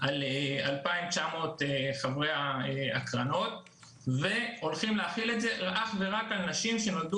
בין 2,900 חברי הקרנות והולכים להחיל את זה אך ורק על נשים שנולדו